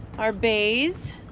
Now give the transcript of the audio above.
our bays,